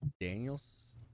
Daniels